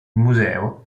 museo